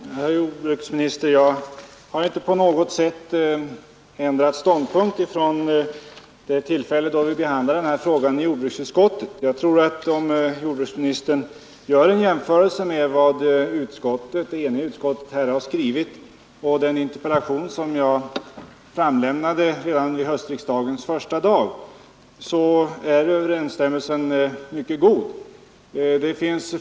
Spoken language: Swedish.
Fru talman! Nej, herr jordbruksminister, jag har inte på något sätt ändrat ståndpunkt från det tillfälle då vi behandlade den här frågan i jordbruksutskottet. Om jordbruksministern gör en jämförelse med vad det eniga utskottet här har skrivit och den interpellation som jag framlämnade redan på höstriksdagens första dag, så ser han att överensstämmelsen är mycket god.